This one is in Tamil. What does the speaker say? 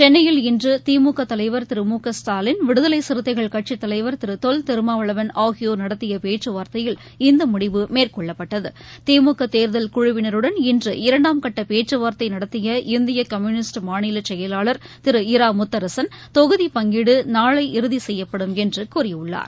சென்னையில் இன்று திமுக தலைவர் திரு மு க ஸ்டாலின் விடுதலை சிறுத்தைகள் கட்சித் தலைவர் திரு தொல் திருமாவளவன் ஆகியோர் நடத்திய பேச்சுவார்த்தையில் இந்த முடிவு மேற்கொள்ளப்பட்டது திமுக தேர்தல் குழுவினருடன் இன்று இரண்டாம் கட்ட பேச்சுவார்த்தை நடத்திய இந்திய கம்யூனிஸ்ட் மாநில செயலாளர் திரு இரா முத்தரசன் தொகுதி பங்கீடு நாளை இறுதி செய்யப்படும் என்று கூறியுள்ளார்